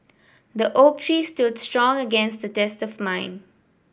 the oak tree stood strong against the test of mime